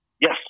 Yes